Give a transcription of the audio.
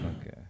okay